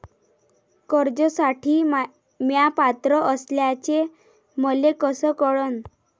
कर्जसाठी म्या पात्र असल्याचे मले कस कळन?